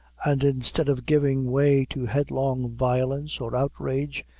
and instead of giving way to headlong violence or outrage,